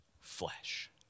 flesh